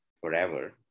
forever